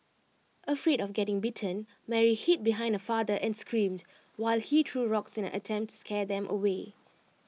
afraid of getting bitten Mary hid behind her father and screamed while he threw rocks in an attempt scare them away